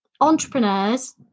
entrepreneurs